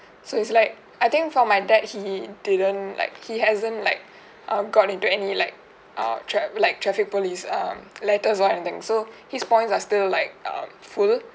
so it's like I think for my dad he didn't like he hasn't like uh got into any like err trap like traffic police um letters or anything so his points are still like um full